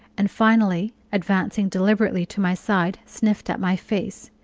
and finally, advancing deliberately to my side, sniffed at my face.